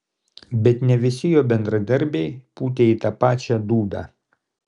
bet ne visi jo bendradarbiai pūtė į tą pačią dūdą